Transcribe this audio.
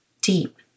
deep